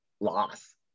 Loss